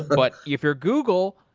but if you're google,